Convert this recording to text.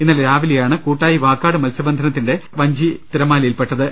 ഇന്നലെ രാവിലെയാണ് കൂട്ടായി വാകാട് മത്സ്യബന്ധന ത്തിനിടെ വഞ്ചി തിരമാലയിൽപ്പെട്ടത്